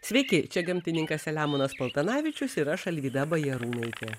sveiki čia gamtininkas selemonas paltanavičius ir aš alvyda bajarūnaitė